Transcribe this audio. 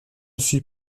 suis